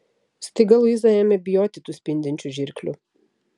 staiga luiza ėmė bijoti tų spindinčių žirklių